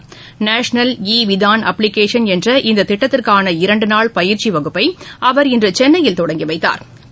national eVidhan application என்ற இந்த திட்டத்திற்கான இரண்டு நாள் பயிற்சி வகுப்பை அவா் இன்று சென்னையில் தொடங்கி வைத்தாா்